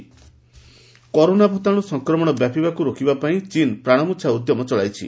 ଚୀନ corona corona ଭୂତାଣୁ ସଂକ୍ରମଣ ବ୍ୟାପିବାକୁ ରୋକିବା ପାଇଁ ଚୀନ୍ ପ୍ରାଣମୂର୍ଚ୍ଛା ଉଦ୍ୟମ ଚଳାଇଛି